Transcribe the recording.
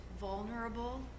vulnerable